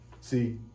See